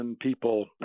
people